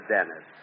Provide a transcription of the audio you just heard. Dennis